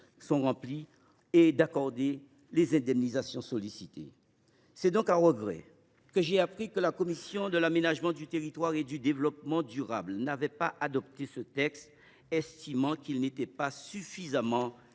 sont remplies et d’accorder les indemnisations sollicitées. C’est donc à regret que j’ai appris que la commission de l’aménagement du territoire et du développement durable n’avait pas adopté ce texte, estimant qu’il n’était pas suffisamment équilibré.